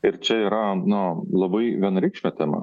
ir čia yra na labai vienareikšmė tema